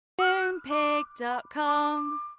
Moonpig.com